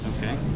Okay